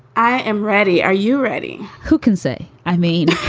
i am ready. are you ready? who can say? i mean,